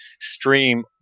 stream